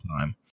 time